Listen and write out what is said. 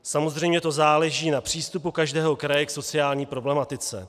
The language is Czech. Samozřejmě to záleží na přístupu každého kraje k sociální problematice.